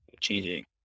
changing